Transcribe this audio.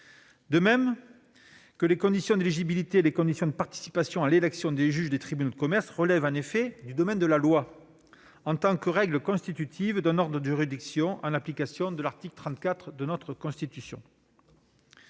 De même que les conditions d'éligibilité, les conditions de participation à l'élection des juges des tribunaux de commerce relèvent, en effet, du domaine de la loi, en tant que règles constitutives d'un ordre de juridiction, en application de l'article 34 de notre Constitution.